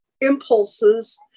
impulses